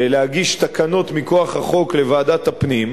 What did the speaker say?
ולהגיש תקנות מכוח החוק לוועדת הפנים,